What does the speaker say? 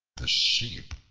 the sheep,